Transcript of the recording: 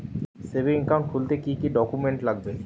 Savings account খুলতে কি কি ডকুমেন্টস লাগবে?